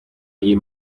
iyi